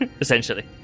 essentially